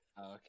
Okay